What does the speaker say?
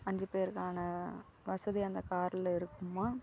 அஞ்சு பேருக்கான வசதி அந்த காரில் இருக்குமா